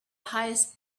highest